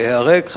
ליהרג,